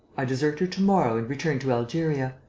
i desert her to-morrow and return to algeria.